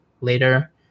later